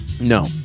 No